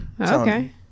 okay